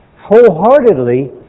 wholeheartedly